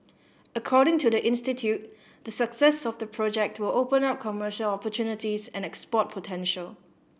according to the institute the success of the project will open up commercial opportunities and export potential